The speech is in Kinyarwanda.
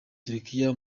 turikiya